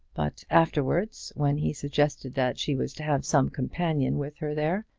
but afterwards, when he suggested that she was to have some companion with her there,